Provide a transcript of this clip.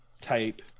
type